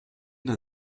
der